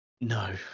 no